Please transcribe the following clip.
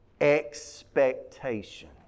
expectation